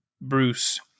Bruce